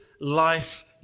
life